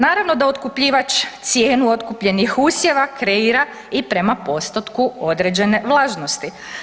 Naravno da otkupljivač cijenu otkupljenih usjeva kreira i prema postotku određene vlažnosti.